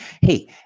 hey